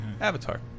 Avatar